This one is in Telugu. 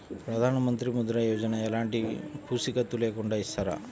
ప్రధానమంత్రి ముద్ర యోజన ఎలాంటి పూసికత్తు లేకుండా ఇస్తారా?